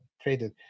traded